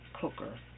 cooker